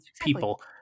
people